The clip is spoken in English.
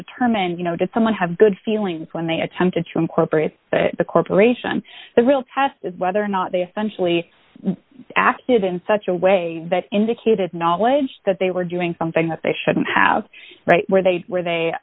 determine you know did someone have good feelings when they attempted to incorporate the corporation the real test is whether or not they essential e acted in such a way that indicated knowledge that they were doing something that they shouldn't have right where they were they